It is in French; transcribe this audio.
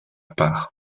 part